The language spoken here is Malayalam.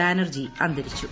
ബാനർജി അന്തരിച്ചു